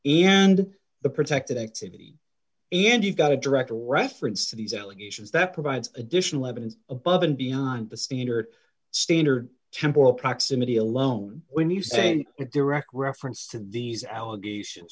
and the protected activity and you've got a direct reference to these allegations that provides additional evidence above and beyond the standard standard temporal proximity alone when you say in a direct reference to these allegations